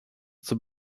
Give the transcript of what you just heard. zur